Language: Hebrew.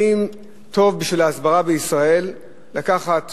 האם טוב בשביל ההסברה בישראל לקחת